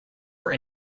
were